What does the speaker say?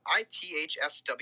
ITHSW